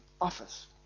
office